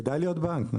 כדאי להיות בנק.